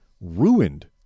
ruined